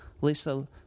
Lisa